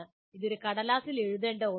ഇത് ഒരു കടലാസിൽ എഴുതേണ്ട ഒന്നല്ല